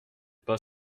pas